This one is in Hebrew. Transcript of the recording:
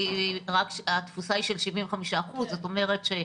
כי התפוסה היא של 75%. השאלה היא,